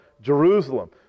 Jerusalem